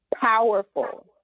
powerful